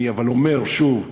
אבל אני אומר שוב: